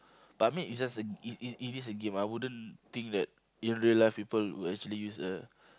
but I mean it's just a it it it just a game I wouldn't think that in real life people would actually use a